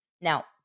Now